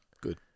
Good